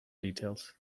details